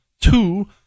Two